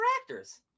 actors